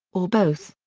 or both.